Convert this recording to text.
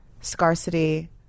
scarcity